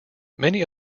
many